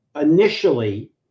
initially